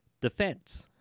defense